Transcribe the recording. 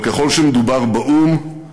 אבל ככל שמדובר באו"ם,